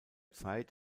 zeit